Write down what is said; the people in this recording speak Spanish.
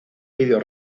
video